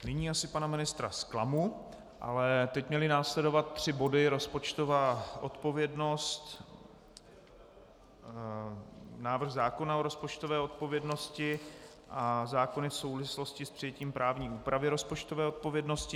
Nyní asi pana ministra zklamu, ale teď měly následovat tři body: rozpočtová odpovědnost, návrh zákona o rozpočtové odpovědnosti a zákony v souvislosti s přijetím právní úpravy rozpočtové odpovědnosti.